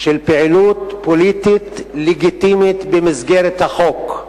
של פעילות פוליטית לגיטימית במסגרת החוק.